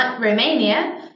Romania